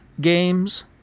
Games